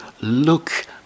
look